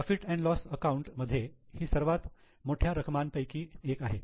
profit and loss account profit loss account मध्ये ही सर्वात मोठ्या रक्कमानपैकी एक आहे